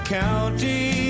county